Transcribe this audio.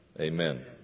Amen